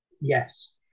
Yes